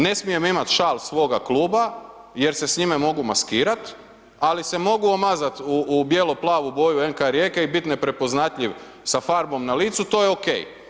Ne smijem imat šal svoga kluba jer se s njime mogu maskirat ali se mogu omazat u bijelo-plavu boju NK Rijeke i bit neprepoznatljiv sa farbom na licu, to je ok.